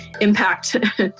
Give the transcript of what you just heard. impact